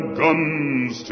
guns